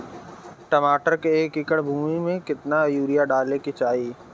टमाटर के एक एकड़ भूमि मे कितना यूरिया डाले के चाही?